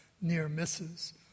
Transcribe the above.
near-misses